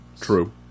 True